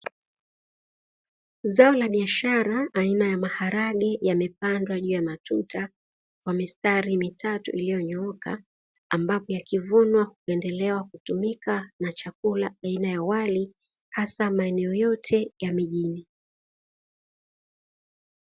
Zao la biashara aina ya maharage yamepandwa juu ya matuta, kwa mistari mitatu iliyonyooka. Ambapo yakivunwa huendelea kutumika na chakula aina ya wali hasa maeneo yote ya mijini.